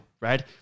right